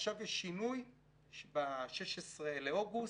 עכשיו יש שינוי ב-16 באוגוסט,